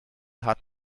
hat